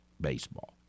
baseball